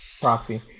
proxy